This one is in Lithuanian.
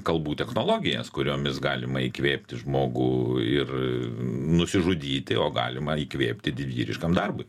kalbų technologijas kuriomis galima įkvėpti žmogų ir nusižudyti o galima įkvėpti didvyriškam darbui